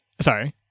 sorry